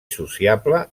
sociable